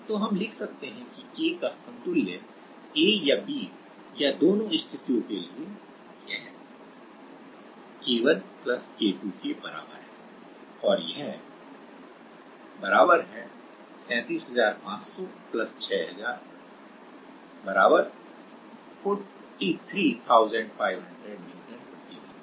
तो हम लिख सकते हैं कि K का समतुल्य a या b या दोनों स्थितियों के लिए यह K1 K2 के बराबर है और यह 37500 6000 43500 न्यूटन प्रति मीटर है